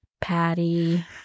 Patty